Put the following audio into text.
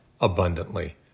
abundantly